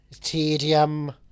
Tedium